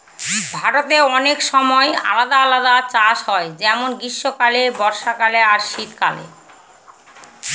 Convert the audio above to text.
ভারতে অনেক সময় আলাদা আলাদা চাষ হয় যেমন গ্রীস্মকালে, বর্ষাকালে আর শীত কালে